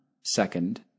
Second